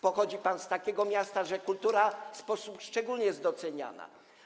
Pochodzi pan z takiego miasta, w którym kultura w sposób szczególny jest doceniana.